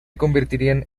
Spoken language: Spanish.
convertirían